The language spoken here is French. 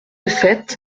sept